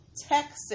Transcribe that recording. Texas